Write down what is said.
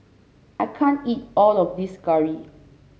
I can't eat all of this curry